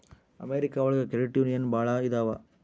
America ಒಳಗ credit union ಭಾಳ ಇದಾವ